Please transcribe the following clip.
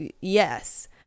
yes